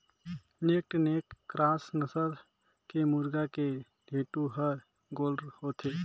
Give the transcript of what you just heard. naked neck cross नसल के मुरगा के ढेंटू हर गोल होथे